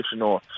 on